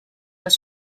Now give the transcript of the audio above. los